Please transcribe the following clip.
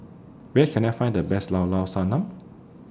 Where Can I Find The Best Llao Llao Sanum